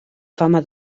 fama